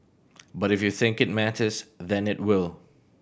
but if you think it matters then it will